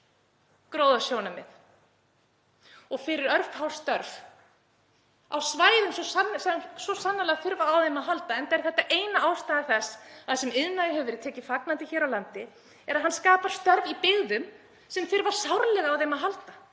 gróðasjónarmið og fyrir örfá störf á svæðum sem svo sannarlega þurfa á þeim að halda, enda er eina ástæða þess að þessum iðnaði hefur verið tekið fagnandi hér á landi að hann skapar störf í byggðum sem þurfa sárlega á þeim að halda.